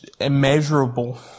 immeasurable